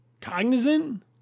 cognizant